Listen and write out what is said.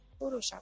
photoshop